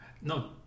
No